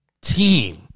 team